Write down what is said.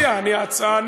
אני לא מציע, אני,